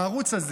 הערוץ,